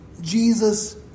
Jesus